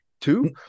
two